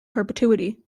perpetuity